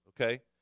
okay